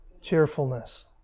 Cheerfulness